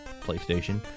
PlayStation